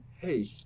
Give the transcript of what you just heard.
hey